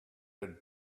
had